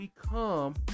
become